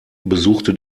besuchte